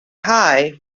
high